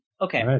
Okay